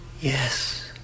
Yes